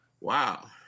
Wow